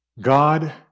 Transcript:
God